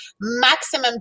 maximum